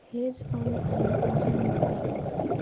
hedge fund तनि उलझल मुद्दा बा